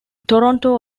toronto